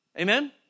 Amen